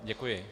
Děkuji.